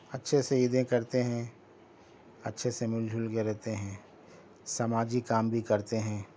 اچھے سے عیدیں کرتے ہیں اچھے سے مل جل کے رہتے ہیں سماجی کام بھی کرتے ہیں